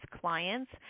clients